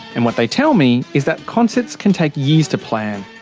and what they tell me is that concerts can take years to plan,